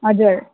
हजुर